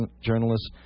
journalists